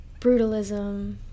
brutalism